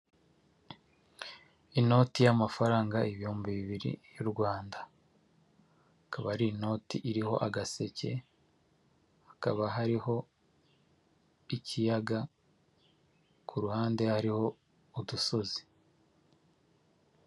Inoti y'amafaranga ibihumbi bibiri y'u Rwanda, akaba ari inoti iriho agaseke, hakaba hariho ikiyaga, ku ruhande hariho udusozi.